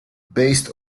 based